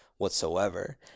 whatsoever